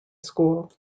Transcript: school